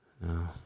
No